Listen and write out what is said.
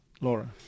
Laura